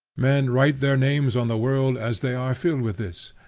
men write their names on the world as they are filled with this.